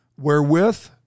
wherewith